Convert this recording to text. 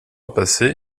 passé